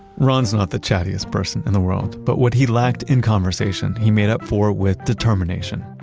ron's not the chattiest person in the world, but what he lacked in conversation he made up for with determination.